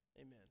amen